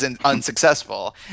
unsuccessful